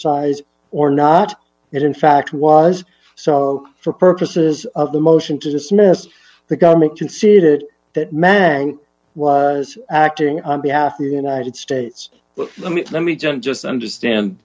size or not that in fact was so for purposes of the motion to dismiss the government conceded that man was acting on behalf of the united states but let me just just understand